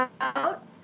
out